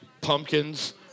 pumpkins